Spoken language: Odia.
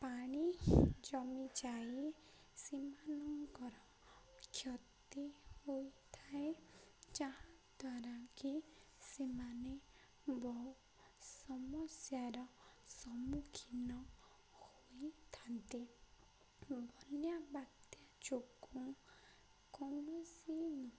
ପାଣି ଜମିଯାଇ ସେମାନଙ୍କର କ୍ଷତି ହୋଇଥାଏ ଯାହାଦ୍ୱାରା କିି ସେମାନେ ବହୁ ସମସ୍ୟାର ସମ୍ମୁଖୀନ ହୋଇଥାନ୍ତି ବନ୍ୟା ବାତ୍ୟା ଯୋଗୁଁ କୌଣସି